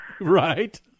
Right